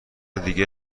دیگه